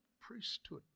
priesthood